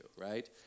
right